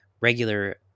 regular